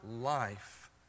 life